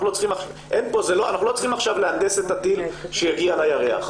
אנחנו לא צריכים עכשיו להנדס את הטיל שיגיע לירח,